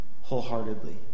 wholeheartedly